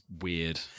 weird